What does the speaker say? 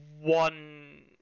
one